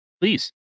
Please